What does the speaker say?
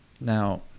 Now